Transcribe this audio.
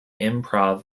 improv